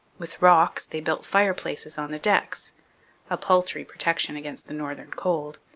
with rocks, they built fireplaces on the decks a paltry protection against the northern cold.